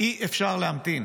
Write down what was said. אי-אפשר להמתין.